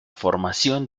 formación